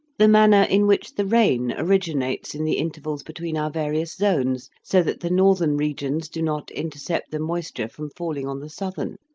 the manner in which the rain originates in the intervals between our various zones, so that the northern regions do not intercept the moisture from falling on the southern